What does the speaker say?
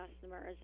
customers